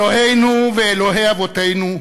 "אלוהינו ואלוהי אבותינו,